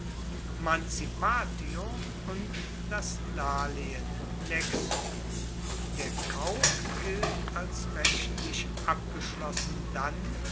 und das darlehen nexum der kauf gilt als rechtlich abgeschlossen dann